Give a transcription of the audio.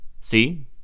See